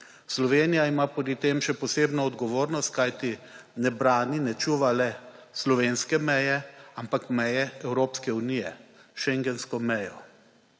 Slovenija ima pri tem še posebno odgovornost, kajti ne brani, ne čuva le slovenske meje ampak meje Evropske unije, schengensko mejo.